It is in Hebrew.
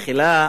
תחילה,